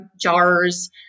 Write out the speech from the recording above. jars